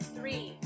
Three